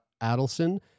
Adelson